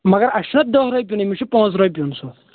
مگر اَسہِ چھُںاہ دٔہ رۄپیُن أمِس چھُ پانٛژٕ رۄپیُن سُہ